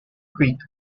creek